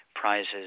prizes